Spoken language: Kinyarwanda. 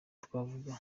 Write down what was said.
twavuga